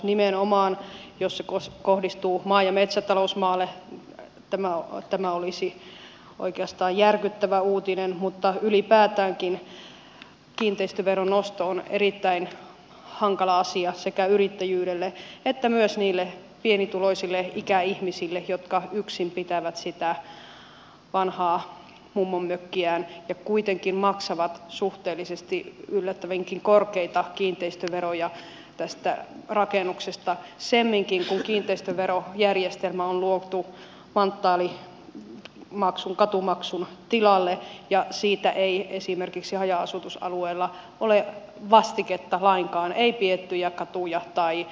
nimenomaan jos se kohdistuu maa ja metsätalousmaahan tämä olisi oikeastaan järkyttävä uutinen mutta ylipäätäänkin kiinteistöveron nosto on erittäin hankala asia sekä yrittäjyydelle että myös niille pienituloisille ikäihmisille jotka yksin pitävät sitä vanhaa mummonmökkiään ja kuitenkin maksavat suhteellisesti yllättävänkin korkeita kiinteistöveroja tästä rakennuksesta semminkin kun kiinteistöverojärjestelmä on luotu manttaalimaksun katumaksun tilalle ja siitä ei esimerkiksi haja asutusalueella ole vastiketta lainkaan ei piettyjä katuja tai katuvaloja